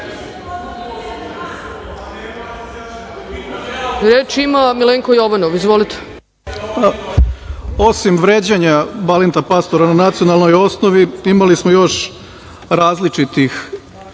**Milenko Jovanov** Osim vređanja Balinta Pastora na nacionalnoj osnovi, imali smo još različitih